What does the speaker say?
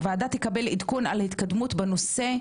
הוועדה תקבל עדכון על ההתקדמות בנושא,